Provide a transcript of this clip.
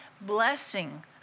blessing